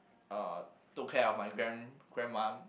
uh took care of my grand~ grandma